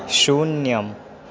शून्यम्